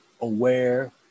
aware